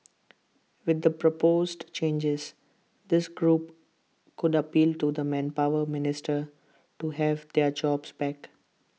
with the proposed changes this group could appeal to the manpower minister to have their jobs back